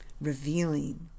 Revealing